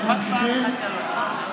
אנחנו ממשיכים.